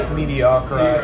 mediocre